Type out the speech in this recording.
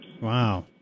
Wow